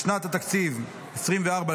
בשנת התקציב 2024,